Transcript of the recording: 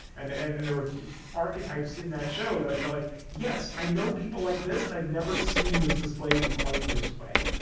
and and and there were archetypes in that show that i felt like, yes, i know people like this and i've never seen this displayed in quite this way.